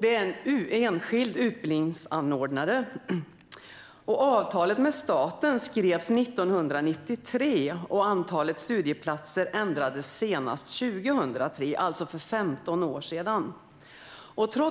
Det är en enskild utbildningsanordnare. Avtalet med staten skrevs 1993. Antalet studieplatser ändrades senast 2003, alltså för 15 år sedan.